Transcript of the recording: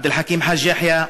עבד אל חכים חאג' יחיא,